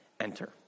enter